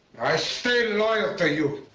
i stayed loyal to you